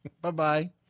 Bye-bye